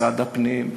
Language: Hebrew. משרד הפנים.